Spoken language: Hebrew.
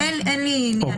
אין לי עניין בזה.